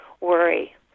worry